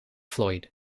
floyd